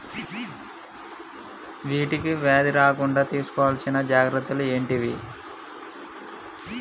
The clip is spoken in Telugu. వీటికి వ్యాధి రాకుండా తీసుకోవాల్సిన జాగ్రత్తలు ఏంటియి?